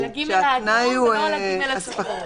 על ה-(ג) האדום, ולא על ה-(ג) הכחול.